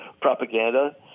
Propaganda